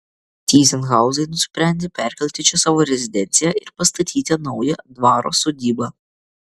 tyzenhauzai nusprendė perkelti čia savo rezidenciją ir pastatyti naują dvaro sodybą